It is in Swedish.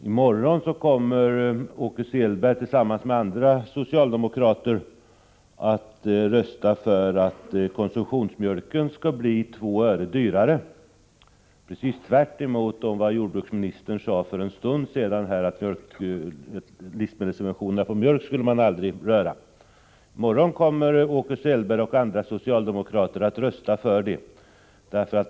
I morgon kommer Åke Selberg att tillsammans med andra socialdemokrater rösta för att konsumtionsmjölken skall bli 2 öre dyrare, precis tvärtemot vad jordbruksministern sade för en stund sedan — att man aldrig skulle röra livsmedelssubventionerna på mjölk.